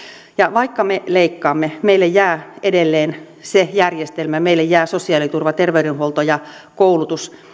vaikka me leikkaamme meille jää edelleen se järjestelmä ja meille jää sosiaaliturva terveydenhuolto ja koulutus